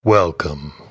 Welcome